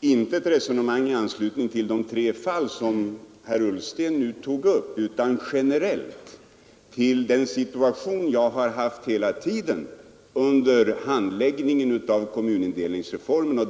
inte detta resonemang i anslutning till de tre fall som herr Ullsten tog upp, utan det var ett generellt resonemang mot bakgrunden av den situation jag haft under hela den tid jag handlagt kommunindelningsreformen.